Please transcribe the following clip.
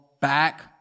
back